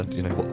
you know,